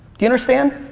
you understand?